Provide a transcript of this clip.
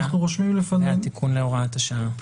והתיקון להוראת השעה?